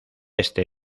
este